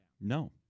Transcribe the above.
No